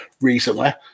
recently